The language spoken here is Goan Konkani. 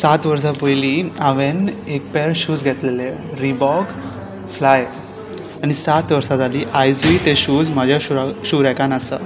सात वर्सां पयलीं हांवें एक पेर ऑफ शूज घेतलेले रिबॉक फ्लाय आनी सात वर्सां जाली आयजूय ते शूज म्हज्या शूरा शू रॅकान आसा